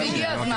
הגיע הזמן,